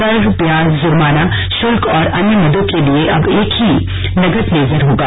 कर ब्याज जुर्माना शुल्क और अन्य मदों के लिए अब एक ही नगद लेजर होगा